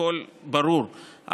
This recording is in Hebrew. הכול ברור,